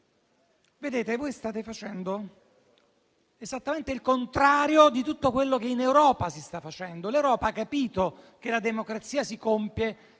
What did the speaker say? Voi state facendo esattamente il contrario di tutto quello che in Europa si sta facendo. L'Europa ha capito che la democrazia si compie